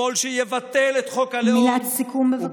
שמאל שיבטל את חוק הלאום, מילת סיכום, בבקשה.